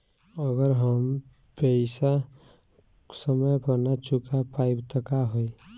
अगर हम पेईसा समय पर ना चुका पाईब त का होई?